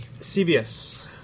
cbs